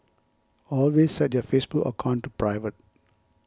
always set your Facebook account to private